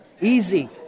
Easy